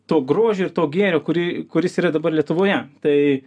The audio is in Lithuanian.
to grožio ir to gėrio kuri kuris yra dabar lietuvoje tai